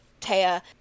Taya